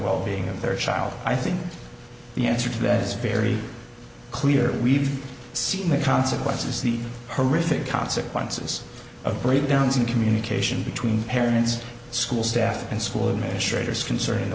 wellbeing of their child i think the answer to that is very clear we've seen the consequences the horrific consequences of breakdowns in communication between parents school staff and school administrators